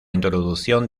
introducción